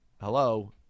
Hello